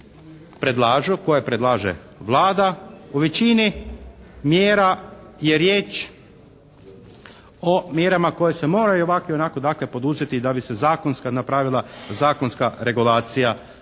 u većini mjera je riječ o mjerama koje se moraju ovako i onako dakle poduzeti da bi se zakonska napravila zakonska regulacija